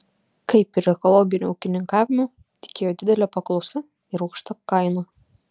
kaip ir ekologiniu ūkininkavimu tikėjo didele paklausa ir aukšta kaina